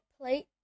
plate